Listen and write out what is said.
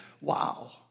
wow